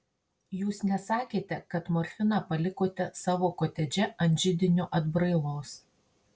jūs nesakėte kad morfiną palikote savo kotedže ant židinio atbrailos